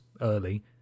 early